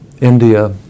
India